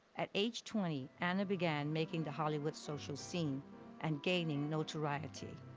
at age twenty, anna began making the hollywood social scene and gaining notoriety.